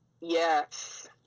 Yes